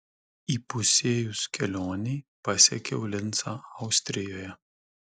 įpusėjus kelionei pasiekiau lincą austrijoje